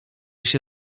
się